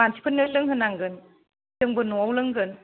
मानसिफोरनो लोंहोनांगोन जोंबो न'आव लोंगोन